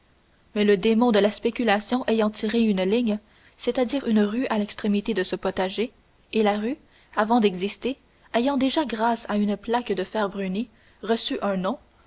mais le démon de la spéculation ayant tiré une ligne c'est-à-dire une rue à l'extrémité de ce potager et la rue avant d'exister ayant déjà grâce à une plaque de fer bruni reçu un nom